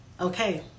okay